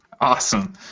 Awesome